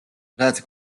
რაც